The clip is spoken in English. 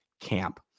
camp